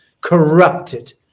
corrupted